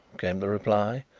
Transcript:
came the reply,